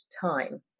time